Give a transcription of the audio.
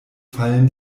fallen